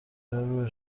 روح